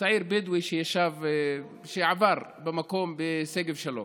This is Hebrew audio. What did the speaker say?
צעיר בדואי שעבר במקום בשגב שלום,